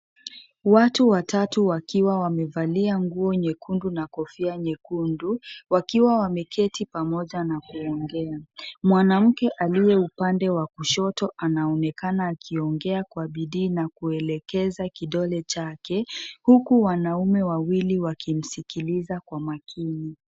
Watu watatu wakiwa wamevalia nguo nyekundu na kofia nyekundu wakiwa wameketi pamoja na kuongea. Mwanamke aliye upande wa kushoto anaonekana akiongea kwa bidii na kuelekeza kidole chake huku wanaume wawili wakimsikiliza kwa makini.